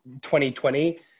2020